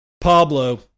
Pablo